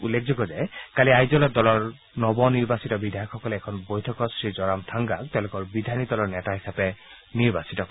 উল্লেখযোগ্য যে কালি আইজলত দলৰ নৱ নিৰ্বাচিত বিধায়কসকলে এখন বৈঠকত শ্ৰী জ'ৰাম থাংগাক তেওঁলোকৰ বিধায়িনী দলৰ নেতা হিচাপে নিৰ্বাচিত কৰে